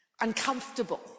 uncomfortable